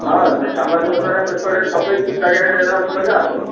ହଁ ସେ ସାମ୍ବାଦିକ ଦ୍ୱାରା ପେପର୍ରେ ଛପେଇକି ଚାରିଆଡ଼େ ଅନାଉନ୍ସ କରିବା ଆଉ